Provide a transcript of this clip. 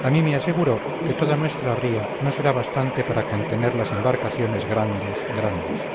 a mí me aseguró que toda nuestra ría no será bastante para contener las embarcaciones grandes grandes